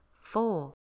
Four